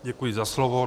Děkuji za slovo.